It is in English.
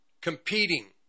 competing